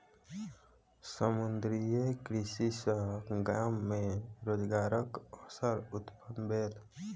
समुद्रीय कृषि सॅ गाम मे रोजगारक अवसर उत्पन्न भेल